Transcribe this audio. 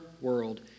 world